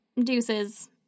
deuces